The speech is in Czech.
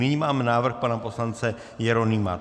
Nyní máme návrh pana poslance Jeronýma